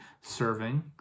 serving